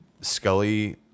Scully